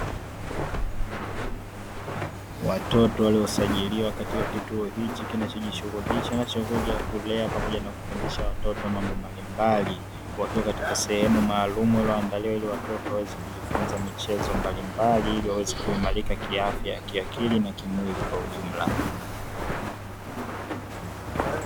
Watoto waliosajiliwa katika kituo hichi kinachojishughulisha na shughuli ya kulea pamoja na kufundisha watoto mambo mbalimbali, wakiwa katika sehemu maalumu walioandaliwa ili watoto waweze kujifunza michezo mbalimbali, ili waweze kuimarika kiafya kiakili na kimwili kwa ujumla.